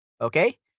Okay